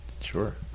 sure